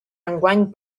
enguany